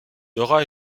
dora